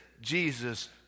Jesus